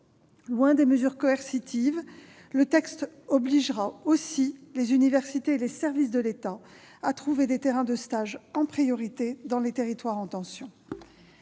Loin des mesures coercitives, le texte obligera aussi les universités et les services de l'État à trouver des terrains de stage en priorité dans les territoires en tension.